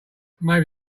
maybe